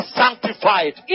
sanctified